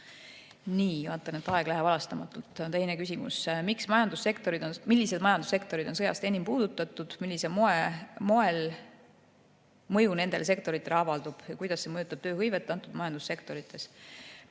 Vaatan, et aeg läheb halastamatult. Teine küsimus: "Millised majandussektorid on sõjast enim puudutatud ja millise moel mõju nendele sektoritele avaldub? Kuidas see mõjutab tööhõivet antud majandussektorites?"